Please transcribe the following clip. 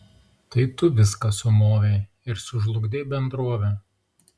tai tu viską sumovei ir sužlugdei bendrovę